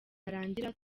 byarangira